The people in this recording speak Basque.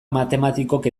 matematikok